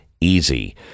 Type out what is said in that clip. easy